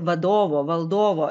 vadovo valdovo